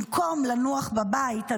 במקום לנוח בבית,